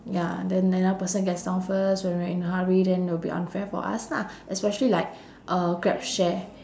ya then another person gets down first when we're in a hurry then it'll be unfair for us lah especially like uh grab share